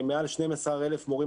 מעל 12,000 מורים,